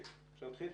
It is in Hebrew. אני מתכבד